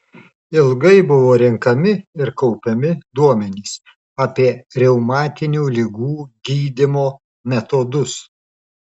ilgai buvo renkami ir kaupiami duomenys apie reumatinių ligų gydymo metodus